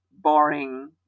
boring